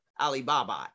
Alibaba